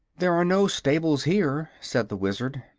there are no stables here, said the wizard,